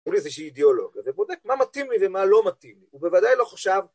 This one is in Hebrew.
כל איזשהי אידאולוגיה, זה בודק מה מתאים לי ומה לא מתאים לי, הוא בוודאי לא חושב